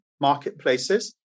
marketplaces